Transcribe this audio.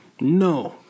No